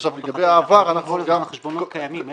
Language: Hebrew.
אנחנו מדברים על חשבונות קיימים.